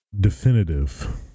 definitive